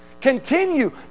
Continue